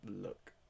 look